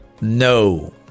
No